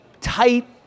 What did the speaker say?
tight